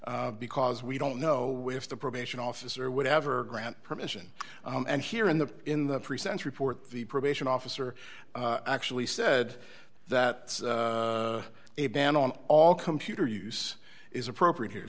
because we don't know if the probation officer would ever grant permission and here in the in the present report the probation officer actually said that a ban on all computer use is appropriate here